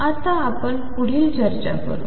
आता आपण पुढील चर्चा करु